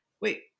Wait